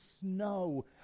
snow